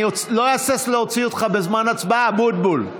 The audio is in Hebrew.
אני לא אהסס להוציא אותך בזמן הצבעה, אבוטבול.